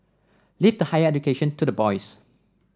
leave the higher education to the boys